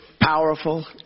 powerful